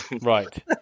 Right